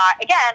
again